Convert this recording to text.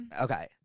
Okay